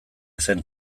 zen